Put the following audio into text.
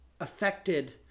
affected